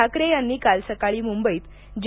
ठाकरे यांनी काल सकाळी मुंबईत जे